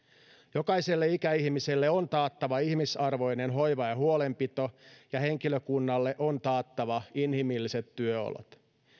jokaiselle ikäihmiselle on taattava ihmisarvoinen hoiva ja huolenpito ja henkilökunnalle on taattava inhimilliset työolot